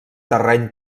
terreny